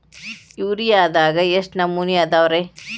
ಯೂರಿಯಾದಾಗ ಎಷ್ಟ ನಮೂನಿ ಅದಾವ್ರೇ?